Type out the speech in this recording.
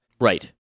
Right